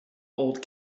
old